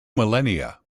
millennia